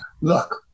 Look